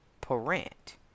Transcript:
parent